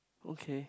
okay